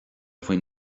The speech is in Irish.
faoin